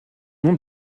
nom